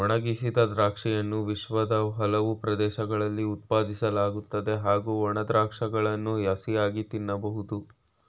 ಒಣಗಿಸಿದ ದ್ರಾಕ್ಷಿಯನ್ನು ವಿಶ್ವದ ಹಲವು ಪ್ರದೇಶಗಳಲ್ಲಿ ಉತ್ಪಾದಿಸಲಾಗುತ್ತದೆ ಹಾಗೂ ಒಣ ದ್ರಾಕ್ಷಗಳನ್ನು ಹಸಿಯಾಗಿ ತಿನ್ಬೋದು